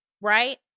right